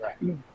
right